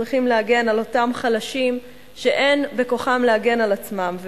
צריכים להגן על אותם חלשים שאין בכוחם להגן על עצמם.